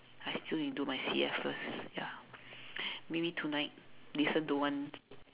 I still need to do my C_F first ya maybe tonight listen to one